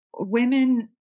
women